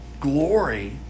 glory